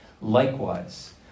Likewise